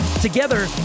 together